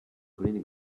green